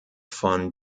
von